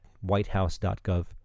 whitehouse.gov